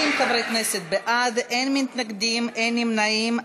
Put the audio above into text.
30 חברי כנסת בעד, אין מתנגדים, אין נמנעים.